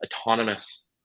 autonomous